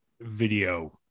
video